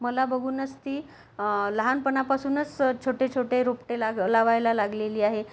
मला बघूनच ती लहानपणापासूनच छोटेछोटे रोपटे लाग लावायला लागलेली आहे